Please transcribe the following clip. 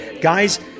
Guys